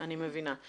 אני מבינה,